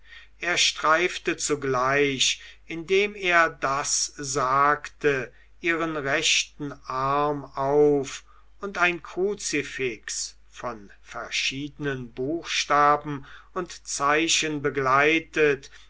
er streifte zugleich indem er das sagte ihren rechten arm auf und ein kruzifix von verschiedenen buchstaben und zeichen begleitet